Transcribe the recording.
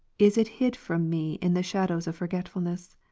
is it hid from me in the shadows of forgetfulness.